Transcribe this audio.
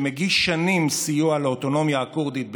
שמגיש שנים סיוע לאוטונומיה הכורדית בעיראק,